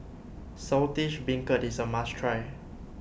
Saltish Beancurd is a must try